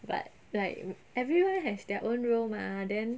but like everyone has their own role mah then